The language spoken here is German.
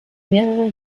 mehrere